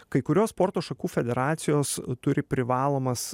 kai kurios sporto šakų federacijos turi privalomas